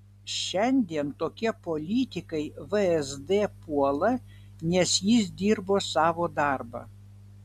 šiandien tokie politikai vsd puola nes jis dirbo savo darbą